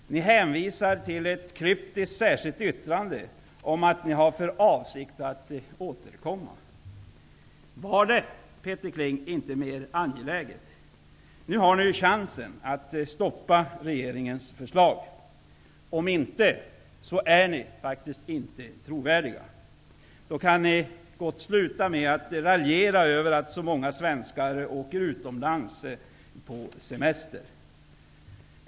Ni hänvisar till ett kryptiskt särskilt yttrande om att ni har för avsikt att återkomma. Var detta, Peter Kling, inte mer angeläget än så? Nu har ni ju chans att stoppa regeringens förslag. Om ni inte gör det, är ni faktiskt inte trovärdiga. Då kan ni gott sluta med att raljera över att många svenskar åker utomlands på semester.